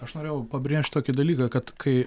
aš norėjau pabrėžt tokį dalyką kad kai